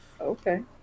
Okay